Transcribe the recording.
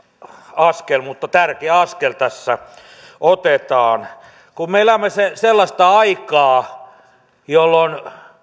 askel niin tärkeä askel tässä otetaan kun me elämme sellaista aikaa jolloin